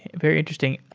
very interesting.